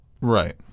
Right